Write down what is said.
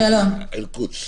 שלום.